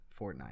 Fortnite